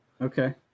Okay